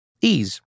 Ease